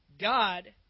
God